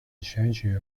选举